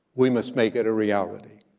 we must make it a reality.